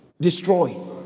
Destroy